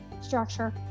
structure